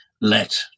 let